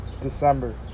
december